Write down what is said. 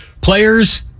players